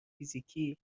فیزیکی